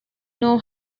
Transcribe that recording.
know